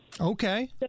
Okay